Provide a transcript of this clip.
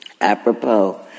apropos